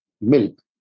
milk